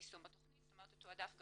ליישום התכנית, זאת אומרת זה תועדף גבוה.